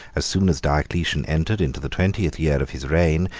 as soon as diocletian entered into the twentieth year of his reign,